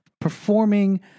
performing